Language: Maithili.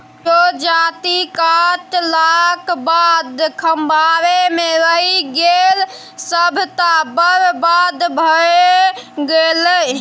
जजाति काटलाक बाद खम्हारे मे रहि गेल सभटा बरबाद भए गेलै